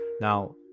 Now